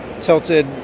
tilted